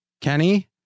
Kenny